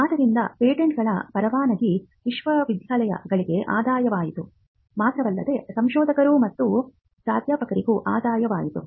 ಆದ್ದರಿಂದ ಪೇಟೆಂಟ್ಗಳ ಪರವಾನಗಿ ವಿಶ್ವವಿದ್ಯಾಲಯಗಳಿಗೆ ಆದಾಯವಾಯಿತು ಮಾತ್ರವಲ್ಲದೆ ಸಂಶೋಧಕರು ಮತ್ತು ಪ್ರಾಧ್ಯಾಪಕರಿಗೂ ಆದಾಯವಾಯಿತು